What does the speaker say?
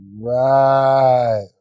Right